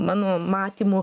mano matymu